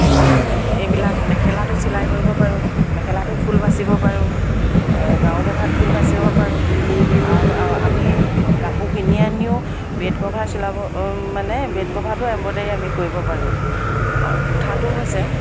এইবিলাক মেখেলাটো চিলাই কৰিব পাৰোঁ মেখেলাটো ফুল বাচিব পাৰোঁ গাৰু কভাৰত ফুল বাচিব পাৰোঁ আৰু আমি কাপোৰ কিনি আনিও বেড কভাৰ চিলাব মানে বেড কভাৰটো এম্ব্ৰইডাৰী আমি কৰিব পাৰোঁ আৰু গোঁঠাটো হৈছে